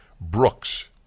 Brooks